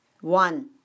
One